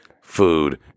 food